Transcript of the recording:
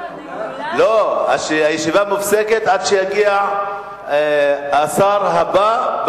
הישיבה מופסקת עד שיגיע השר הבא,